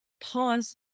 pause